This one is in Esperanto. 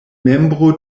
membro